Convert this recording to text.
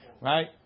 Right